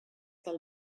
del